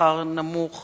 לשכר נמוך